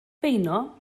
beuno